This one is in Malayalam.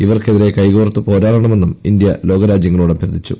ഇവർക്ക്എതിരെ കൈകോർത്ത് പോരാടണമെന്നും ഇന്ത്യ ലോകരാജ്യങ്ങളോട് അഭ്യർത്ഥിച്ചു